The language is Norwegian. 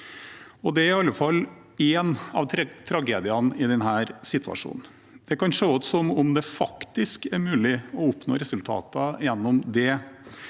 Det er i alle fall én av tragediene i denne situasjonen. Det kan se ut som om det faktisk er mulig å oppnå resultater gjennom det